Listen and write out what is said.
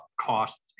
costs